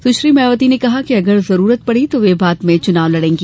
सुश्री मायावती ने कहा कि अगर जरूरत पड़ी तो वे बाद में चुनाव लड़ेंगी